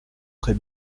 très